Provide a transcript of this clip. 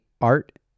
Art